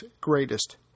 greatest